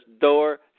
door